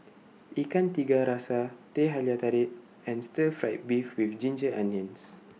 Ikan Tiga Rasa Teh Halia Tarik and Stir Fried Beef with Ginger Onions